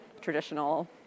traditional